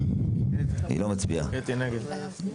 אתם לא נותנים לי לנמק אותה.